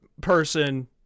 person